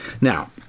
Now